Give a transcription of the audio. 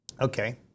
Okay